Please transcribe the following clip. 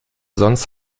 sonst